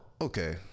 okay